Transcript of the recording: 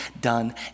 done